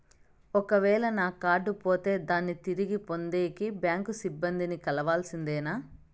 ఒక వేల నా కార్డు పోతే దాన్ని తిరిగి పొందేకి, బ్యాంకు సిబ్బంది ని కలవాల్సిందేనా?